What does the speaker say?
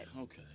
Okay